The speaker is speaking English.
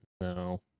No